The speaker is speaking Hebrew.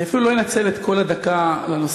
אני אפילו לא אנצל את כל הדקה בנושא,